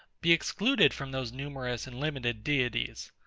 be excluded from those numerous and limited deities?